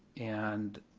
and